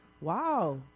Wow